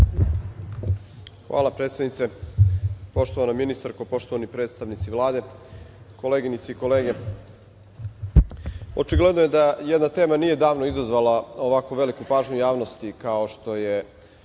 Hvala predsednice, poštovana ministarko, poštovani predstavnici Vlade, koleginice i kolege. Očigledno je da jedna tema nije davno izazvala ovako veliku pažnju javnosti, kao što je